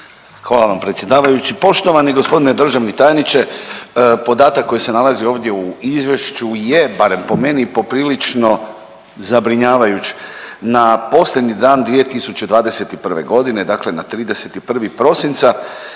Hvala vam predsjedavajući. Poštovani g. državni tajniče, podatak koji se nalazi ovdje u izvješću je, barem po meni, poprilično zabrinjavajuć. Na posljednji dan 2021.g. dakle na 31. prosinca